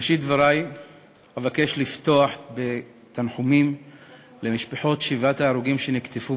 בראשית דברי אבקש לפתוח בתנחומים למשפחות שבעת ההרוגים שנקטפו